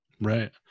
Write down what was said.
Right